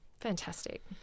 Fantastic